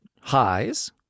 highs